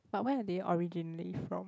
but they are they originally from